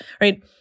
right